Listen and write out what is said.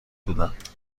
بودند